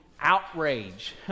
outrage